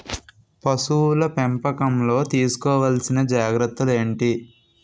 పశువుల పెంపకంలో తీసుకోవల్సిన జాగ్రత్తలు ఏంటి?